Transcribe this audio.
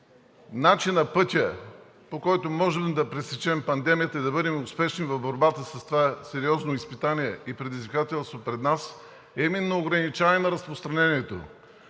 Начинът, пътят, по който можем да пресечем пандемията и да бъдем успешни в борбата с това сериозно изпитание и предизвикателство пред нас, е именно ограничаване на разпространението.